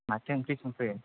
माथो ओंख्रि संखो